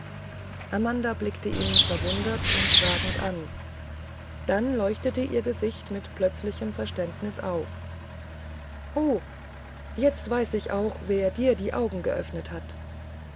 amanda blickte ihn verwundert und fragend an dann leuchtete ihr gesicht mit plötzlichem verständnis auf o jetzt weiß ich auch wer dir die augen geöffnet hat